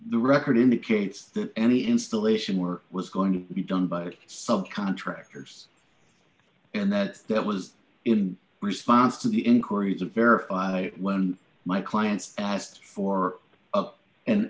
the record indicates that any installation work was going to be done by sub contractors and that it was in response to the inquiries of verify when my client's asked for up an